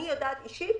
אני יודעת אישית